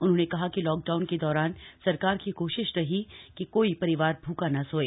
उन्होंने कहा कि लॉकडाउन के दौरान सरकार की कोशिश रही कि कोई परिवार भूखा न सोए